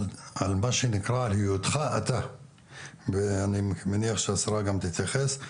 על מה שנקרא על היותך אתה ואני מניח השרה גם תתייחס.